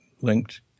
linked